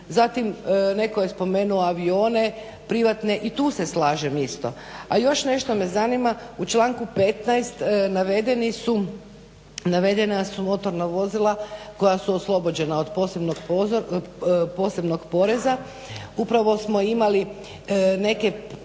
Zatim netko je spomenuo privatne avione i tu se slažem isto. A još nešto me zanima, u članku 15.navedena su motorna vozila koja su oslobođenja od posebnog poreza. Upravo smo imali neke